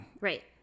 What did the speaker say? Right